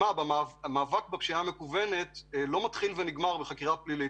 שמאבק בפשיעה המקוונת לא מתחיל ונגמר בחקירה פלילית.